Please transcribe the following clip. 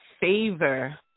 favor